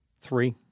Three